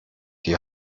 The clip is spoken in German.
die